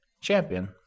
champion